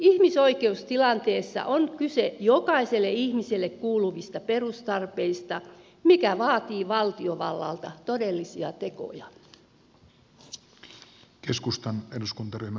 ihmisoikeustilanteessa on kyse jokaiselle ihmiselle kuuluvista perustarpeista mikä vaatii valtiovallalta todellisia tekoja